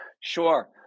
Sure